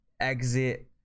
exit